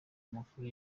amakuru